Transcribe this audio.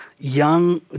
young